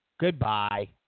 goodbye